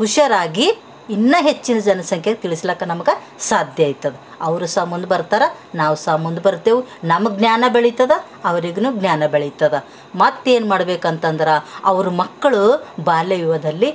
ಹುಷಾರಾಗಿ ಇನ್ನು ಹೆಚ್ಚಿನ ಜನ ಸಂಖ್ಯೆ ತಿಳಿಸ್ಲಾಕ ನಮ್ಗೆ ಸಾಧ್ಯ ಅಯ್ತದೆ ಅವ್ರು ಸಹ ಮುಂದೆ ಬರ್ತಾರಾ ನಾವು ಸಹ ಮುಂದೆ ಬರ್ತೆವು ನಮಗೆ ಜ್ಞಾನ ಬೆಳೀತದ ಅವ್ರಿಗೂ ಜ್ಞಾನ ಬೆಳೀತದ ಮತ್ತು ಏನ್ಮಾಡ್ಬೇಕು ಅಂತಂದ್ರೆ ಅವ್ರ ಮಕ್ಕಳು ಬಾಲ್ಯ ವಿವಾಹದಲ್ಲಿ